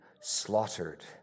slaughtered